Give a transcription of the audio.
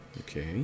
Okay